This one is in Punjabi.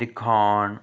ਦਿਖਾਉਣ